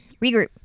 regroup